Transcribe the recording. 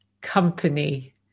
company